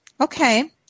Okay